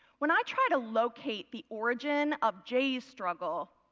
when i try to locate the origin of jay's struggle,